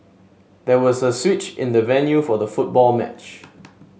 there was a switch in the venue for the football match